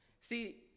See